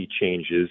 changes